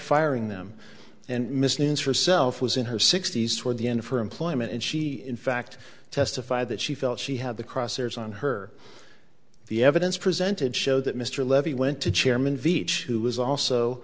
firing them and miss news for self was in her sixty's toward the end of her employment and she in fact testified that she felt she had the crosshairs on her the evidence presented show that mr levy went to chairman veach who was also